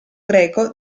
greco